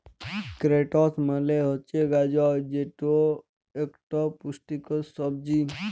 carrots মালে হছে গাজর যেট ইকট পুষ্টিকর সবজি